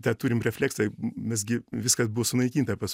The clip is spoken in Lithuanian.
tą turim refleksą mes gi viskas buvo sunaikinta pas